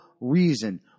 reason